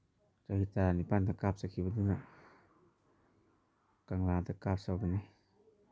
ꯆꯍꯤ ꯇꯔꯥꯅꯤꯄꯥꯟꯗ ꯀꯥꯞꯆꯈꯤꯕꯗꯨꯅ ꯀꯪꯂꯥꯗ ꯀꯥꯞꯆꯕꯅꯤ